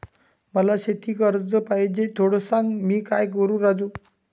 मला शेती कर्ज पाहिजे, थोडं सांग, मी काय करू राजू?